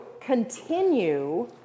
continue